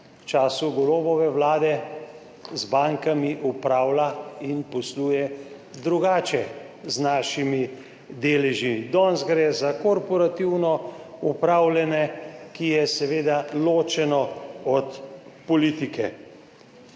v času Golobove vlade z bankami upravlja in posluje drugače z našimi deleži. Danes gre za korporativno upravljanje, ki je seveda ločeno od politike.